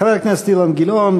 חבר הכנסת אילן גילאון,